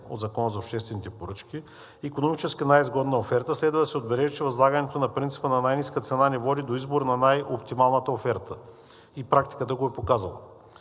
от Закона за обществените поръчки – икономически най-изгодна оферта, следва да се отбележи, че възлагането на принципа на най-ниска цена не води до избор на най-оптималната оферта и практиката го е показала.